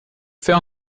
fais